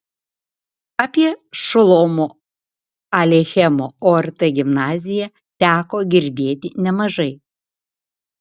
apie šolomo aleichemo ort gimnaziją teko girdėti nemažai